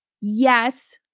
Yes